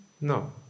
No